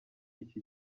iki